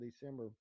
December